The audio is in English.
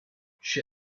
she